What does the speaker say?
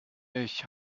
ich